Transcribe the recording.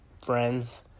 Friends